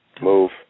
Move